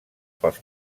pels